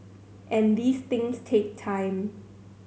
and these things take time